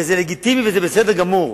וזה לגיטימי וזה בסדר גמור,